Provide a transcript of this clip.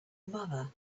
mother